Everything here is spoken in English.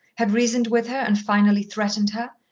had reasoned with her and finally threatened her,